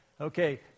Okay